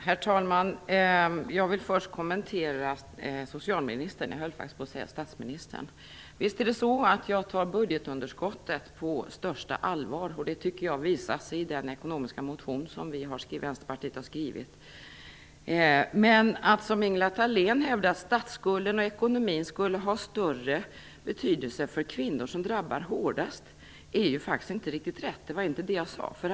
Herr talman! Jag vill först kommentera det som socialministern sade. Visst är det så att jag tar budgetunderskottet på största allvar, vilket också visas i Thalén hävdade, att statsskulden och ekonomin skulle ha större betydelse för kvinnor som drabbas hårdast, är faktiskt inte riktigt rätt. Det var inte det som jag sade.